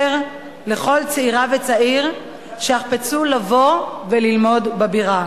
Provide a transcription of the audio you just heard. לכל צעירה וצעיר שיחפצו לבוא וללמוד בבירה.